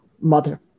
mother